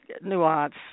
nuance